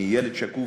אני ילד שקוף,